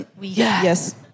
Yes